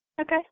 Okay